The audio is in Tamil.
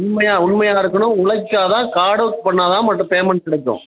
உண்மையாக உண்மையாக நடக்கணும் உழைச்சா தான் ஹார்டு ஒர்க் பண்ணால் தான் மற்ற பேமண்ட் கிடைக்கும்